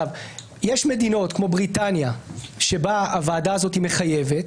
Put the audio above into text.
יש מדינות, כמו בריטניה, שבה הוועדה הזאת מחייבת.